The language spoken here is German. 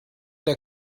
der